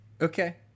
Okay